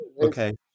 Okay